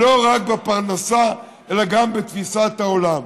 לא רק בפרנסה, אלא גם בתפיסת העולם.